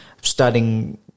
studying